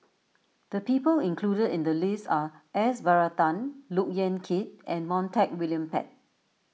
the people included in the list are S Varathan Look Yan Kit and Montague William Pett